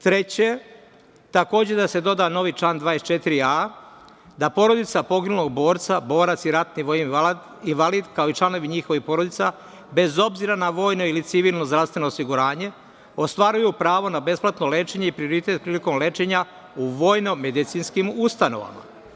Treće, takođe da se doda novi član 24a, da porodica poginulog borca, borac i ratni vojni invalid, kao i članovi njihovih porodica, bez obzira na vojno ili civilno zdravstveno osiguranje, ostvaruju pravo na besplatno lečenje i prioritet prilikom lečenja u vojno medicinskim ustanovama.